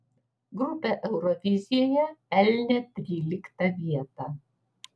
grupė eurovizijoje pelnė tryliktą vietą